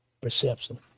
perception